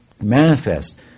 manifest